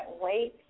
wait